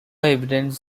evidence